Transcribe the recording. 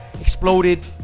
exploded